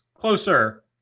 closer